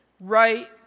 right